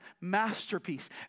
masterpiece